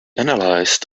analyzed